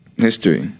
history